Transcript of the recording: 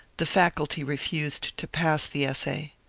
the faculty refused to pass the essay.